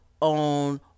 on